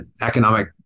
economic